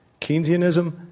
Keynesianism